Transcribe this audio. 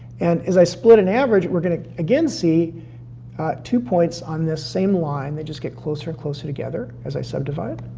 and, as i split and average, we're gonna again see two points on this same line. they just get closer and closer together, as i subdivide.